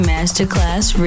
Masterclass